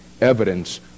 evidence